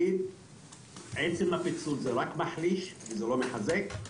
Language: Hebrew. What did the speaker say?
עצם הפיצול רק מחליש, הוא לא מחזק.